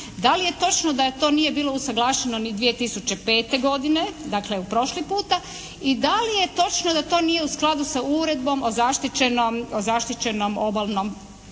Da li je točno da to nije bilo usaglašeno ni 2005. godine, dakle prošli puta? I da li je točno da to nije u skladu sa uredbom o zaštićenom obalnom